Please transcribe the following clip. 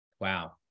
Wow